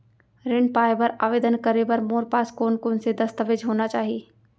ऋण पाय बर आवेदन करे बर मोर पास कोन कोन से दस्तावेज होना चाही?